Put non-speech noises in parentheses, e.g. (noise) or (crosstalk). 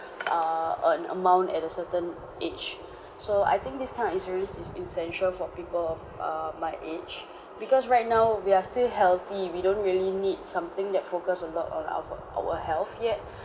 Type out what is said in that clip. (breath) err or an amount at a certain age (breath) so I think this kind of insurance is essential for people of err my age (breath) because right now we are still healthy we don't really need something that focus a lot on of our health yet (breath)